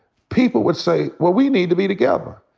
people would say, well, we need to be together.